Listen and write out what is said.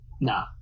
nah